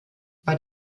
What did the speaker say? bei